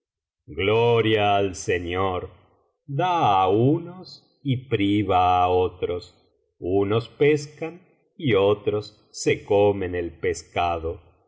gloria al señor da á unos y priva á otros unos pescan y otros se comen el pescado